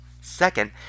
Second